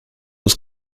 was